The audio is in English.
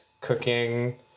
cooking